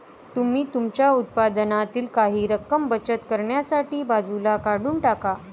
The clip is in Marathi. तुम्ही तुमच्या उत्पन्नातील काही रक्कम बचत करण्यासाठी बाजूला काढून टाका